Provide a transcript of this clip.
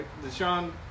Deshaun